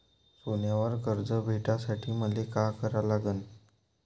सोन्यावर कर्ज भेटासाठी मले का करा लागन?